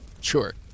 Sure